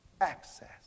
access